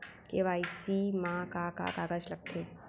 KYC मा का का कागज लगथे?